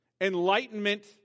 Enlightenment